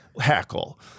hackle